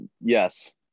Yes